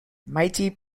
mighty